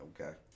okay